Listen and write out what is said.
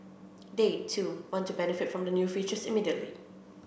they too want to benefit from the new features immediately